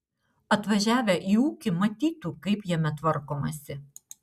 atvažiavę į ūkį matytų kaip jame tvarkomasi